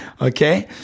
okay